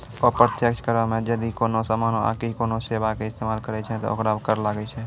अप्रत्यक्ष करो मे जदि कोनो समानो आकि कोनो सेबा के इस्तेमाल करै छै त ओकरो कर लागै छै